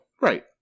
right